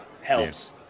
helps